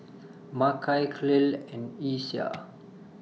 Makai Clell and Isiah